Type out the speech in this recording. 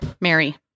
Mary